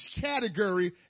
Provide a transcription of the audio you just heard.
category